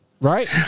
Right